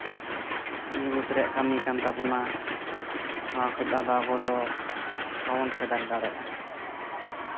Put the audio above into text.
ᱡᱩᱜᱩᱛ ᱨᱮᱭᱟᱜ ᱠᱟᱹᱢᱤ ᱠᱟᱱ ᱛᱟᱵᱚᱱᱟ ᱱᱚᱣᱟ ᱠᱷᱚᱡ ᱫᱚ ᱟᱵᱚᱫᱚ ᱵᱟᱵᱚᱱ ᱯᱷᱮᱰᱟᱛ ᱫᱟᱲᱮᱭᱟᱜᱼᱟ